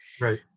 Right